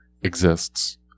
exists